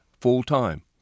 full-time